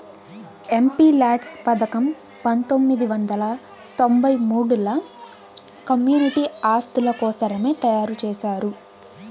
MPLADS పథకం పంతొమ్మిది వందల తొంబై మూడుల కమ్యూనిటీ ఆస్తుల కోసరమే తయారు చేశారు